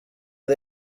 the